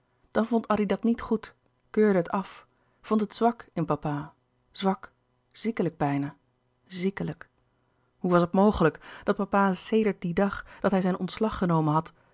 dan vond addy dat niet goed keurde het af vond het zwak louis couperus de boeken der kleine zielen in papa zwak ziekelijk bijna ziekelijk hoe was het mogelijk dat papa sedert dien dag dat hij zijn ontslag genomen had